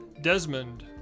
Desmond